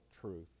truth